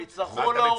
הם יצטרכו להוריד